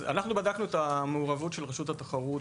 אנחנו בדקנו את המעורבות של רשות התחרות